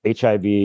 HIV